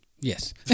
Yes